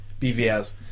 BVS